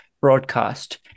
broadcast